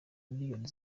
miliyoni